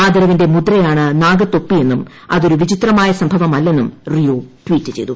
ആദരവിന്റെ മുദ്രയാണ് നാഗത്തൊപ്പി എന്നും അതൊരു വിചിത്രമായ സംഭവം അല്ലെന്നും റിയോ ട്വീറ്റ് ചെയ്തു